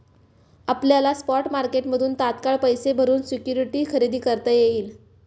आपल्याला स्पॉट मार्केटमधून तात्काळ पैसे भरून सिक्युरिटी खरेदी करता येईल